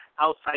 outside